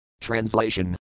Translation